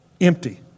empty